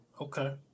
Okay